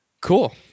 cool